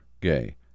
gay